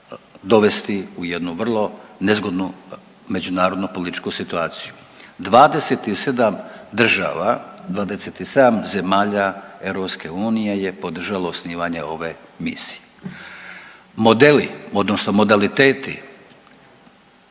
dovesti u jednu vrlo nezgodnu međunarodnu političku situaciju. 27 država, 27 zemalja EU je podržalo osnivanje ove misije. Modeli odnosno modaliteti